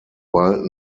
bald